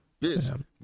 bitch